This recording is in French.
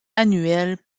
annuelles